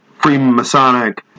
Freemasonic